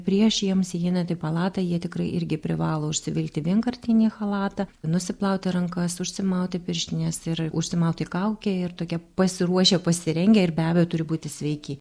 prieš jiems įeinant į palatą jie tikrai irgi privalo užsivilkti vienkartinį chalatą nusiplauti rankas užsimauti pirštines ir užsimauti kaukę ir tokie pasiruošę pasirengę ir be abejo turi būti sveiki